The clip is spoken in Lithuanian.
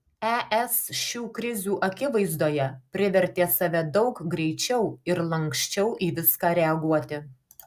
es šių krizių akivaizdoje privertė save daug greičiau ir lanksčiau į viską reaguoti